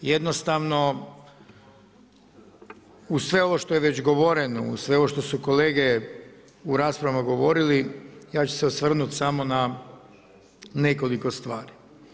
Jednostavno, uz sve ovo što je već govoreno, uz sve ovo što su kolege u raspravama govorili, ja ću se osvrnuti samo na nekoliko stvari.